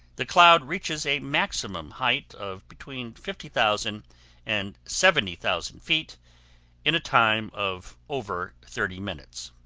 the cloud reaches a maximum height of between fifty thousand and seventy thousand feet in a time of over thirty minutes.